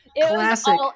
classic